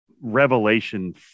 revelation